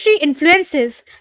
influences